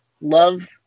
love